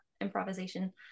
improvisation